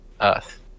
Earth